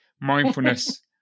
mindfulness